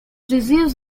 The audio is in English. receives